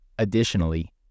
Additionally